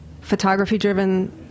photography-driven